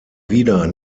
wieder